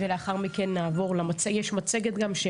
ולאחר מכן נעבור למצגת שהכנתם.